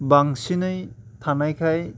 बांसिनै थानायखाय